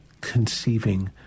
conceiving